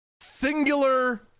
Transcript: Singular